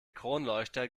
kronleuchter